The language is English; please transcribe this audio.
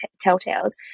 telltales